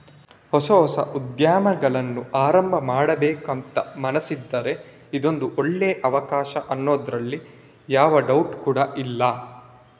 ಹೊಸ ಹೊಸ ಉದ್ಯಮಗಳನ್ನ ಆರಂಭ ಮಾಡ್ಬೇಕು ಅಂತ ಮನಸಿದ್ರೆ ಇದೊಂದು ಒಳ್ಳೇ ಅವಕಾಶ ಅನ್ನೋದ್ರಲ್ಲಿ ಯಾವ ಡೌಟ್ ಕೂಡಾ ಇಲ್ಲ